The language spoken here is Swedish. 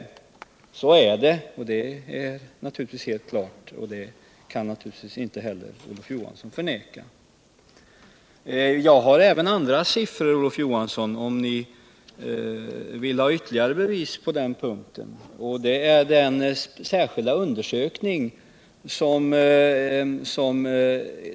Så är det. Det är helt klart, och det kan naturligtvis inte heller Olof Johansson förneka. Jag har även andra siffror, Olof Johansson, om ni vill ha ytterligare bevis på den punkten.